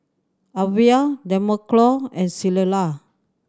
Alvia Demarco and Clella